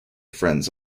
friends